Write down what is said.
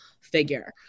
figure